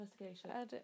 investigation